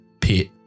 pit